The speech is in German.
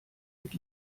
mit